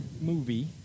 movie